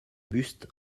buste